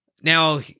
Now